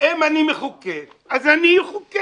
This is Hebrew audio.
אם אני מחוקק, אז אני אחוקק.